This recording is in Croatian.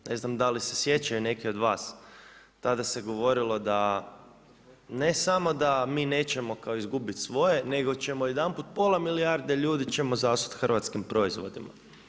Ne znam da li se sjećaju neki od vas, tada se govorilo da ne samo da mi nećemo kao izgubiti svoje, nego ćemo jedanput pola milijarde ljudi ćemo zasuti hrvatskim proizvodima.